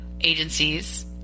agencies